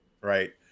right